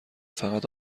فقط